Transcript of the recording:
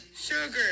sugar